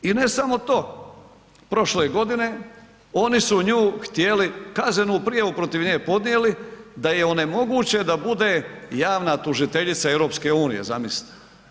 I ne samo to, prošle je godine, oni su nju htjeli, kaznenu prijavu protiv nje podnijeli, da je onemoguće da bude javna tužiteljica EU-a, zamislite.